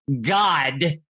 God